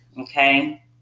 Okay